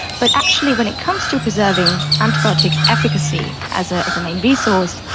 but actually when it comes to preserving antibiotic efficacy as ah as a main resource,